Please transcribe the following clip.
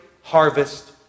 harvest